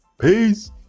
Peace